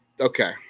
Okay